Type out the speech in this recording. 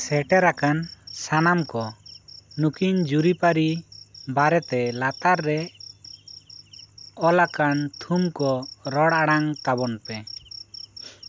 ᱥᱮᱴᱮᱨᱟᱠᱟᱱ ᱥᱟᱱᱟᱢ ᱠᱚ ᱱᱩᱠᱤᱱ ᱡᱩᱨᱤ ᱯᱟᱹᱨᱤ ᱵᱟᱨᱮᱛᱮ ᱞᱟᱛᱟᱨ ᱨᱮ ᱚᱞᱟᱠᱟᱱ ᱛᱷᱩᱢ ᱠᱚ ᱨᱚᱲ ᱟᱲᱟᱝ ᱛᱟᱵᱚᱱ ᱯᱮ